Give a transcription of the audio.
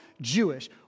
Jewish